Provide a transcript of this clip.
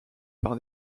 par